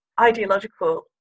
ideological